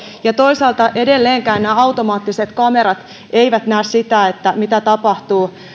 ja toisaalta edelleenkään nämä automaattiset kamerat eivät näe sitä mitä tapahtuu